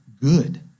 Good